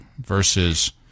versus